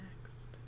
next